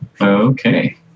Okay